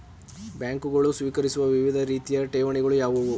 ಬ್ಯಾಂಕುಗಳು ಸ್ವೀಕರಿಸುವ ವಿವಿಧ ರೀತಿಯ ಠೇವಣಿಗಳು ಯಾವುವು?